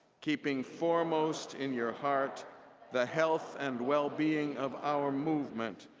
keeping foremost in your heart the health and well-being of our movement,